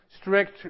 strict